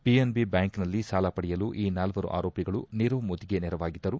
P N B bank ನಲ್ಲಿ ಸಾಲ ಪಡೆಯಲು ಈ ನಾಲ್ವರು ಆರೋಪಿಗಳು ನಿರವ್ ಮೋದಿಗೆ ನೆರವಾಗಿದ್ದರು